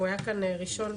הוא היה כאן ראשון,